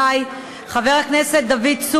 חבר הכנסת דוד אזולאי,